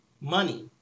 money